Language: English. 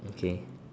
okay